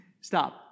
stop